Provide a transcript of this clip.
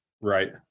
Right